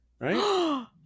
right